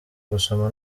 gusoma